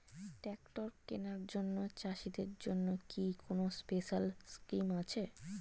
Tractor কেনার জন্য চাষিদের জন্য কি কোনো স্পেশাল স্কিম আছে?